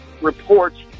reports